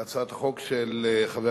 זה עניין עקרוני של 120 חברי